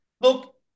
look